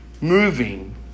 moving